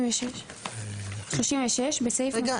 36. רגע,